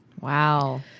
Wow